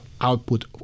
output